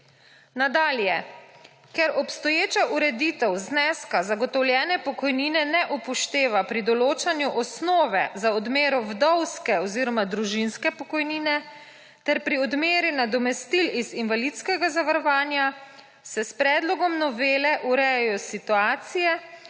Nadalje, ker obstoječa ureditev zneska zagotovljene pokojnine ne upošteva pri določanju osnove za odmero vdovske oziroma družinske pokojnine ter pri odmeri nadomestil iz invalidskega zavarovanja, se s predlogom novele urejajo situacije,